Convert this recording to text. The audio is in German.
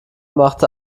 machte